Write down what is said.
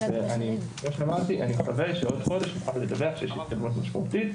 וכמו שאמרתי אני מקווה שתוך חודש נוכל לדווח על התקדמות משמעותית.